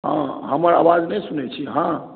हँ हमर आवाज नहि सुनैत छी अहाँ